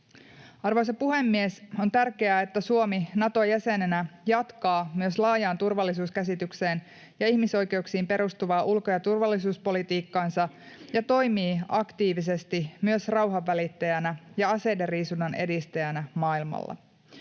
Arvoisa puhemies! On tärkeää, että Suomi Nato-jäsenenä jatkaa myös laajaan turvallisuuskäsitykseen ja ihmisoikeuksiin perustuvaa ulko‑ ja turvallisuuspolitiikkaansa ja toimii aktiivisesti myös rauhanvälittäjänä ja aseidenriisunnan edistäjänä maailmalla.